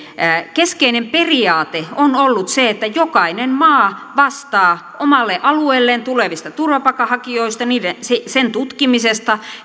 keskeinen periaate on ollut se että jokainen maa vastaa omalle alueelleen tulevista turvapaikanhakijoista sen tutkimisesta